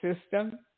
system